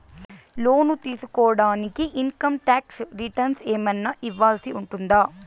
లోను తీసుకోడానికి income tax returns ఏమన్నా ఇవ్వాల్సి ఉంటుందా